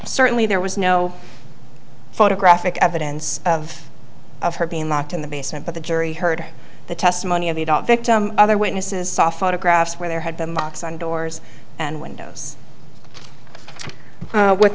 certainly there was no photographic evidence of of her being locked in the basement but the jury heard the testimony of the victim other witnesses saw photographs where there had been locks on doors and windows with